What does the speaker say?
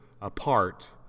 apart